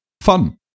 fun